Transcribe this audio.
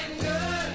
good